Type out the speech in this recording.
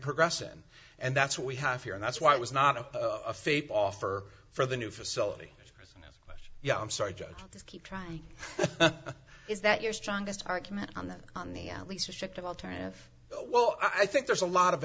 progression and that's what we have here and that's why it was not a faith offer for the new facility yeah i'm sorry to keep trying is that your strongest argument on that on the at least restrictive alternative well i think there's a lot of